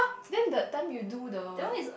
then that time you do the